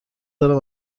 دارم